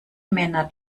männer